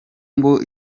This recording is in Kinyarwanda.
ngo